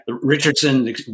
Richardson